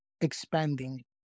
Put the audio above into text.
expanding